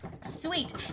Sweet